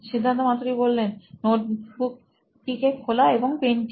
সিদ্ধার্থ মাতু রি সি ই ও নোইন ইলেক্ট্রনিক্স নোটবুক টিকে খোলা এবং পেনটি